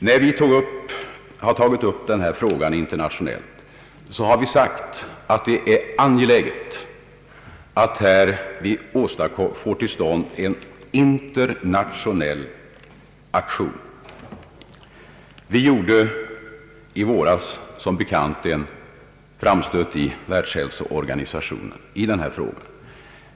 När vi har tagit upp denna fråga internationellt, har vi framhållit att det är angeläget att här få till stånd en internationell aktion. Som bekant gjorde vi i våras en framstöt i världshälsoorganisationen i den här frågan.